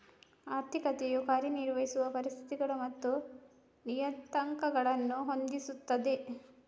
ಆರ್ಥಿಕತೆಯು ಕಾರ್ಯ ನಿರ್ವಹಿಸುವ ಪರಿಸ್ಥಿತಿಗಳು ಮತ್ತು ನಿಯತಾಂಕಗಳನ್ನು ಹೊಂದಿಸುತ್ತದೆ